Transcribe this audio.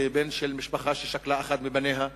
כבן של משפחה ששכלה אחד מבניה,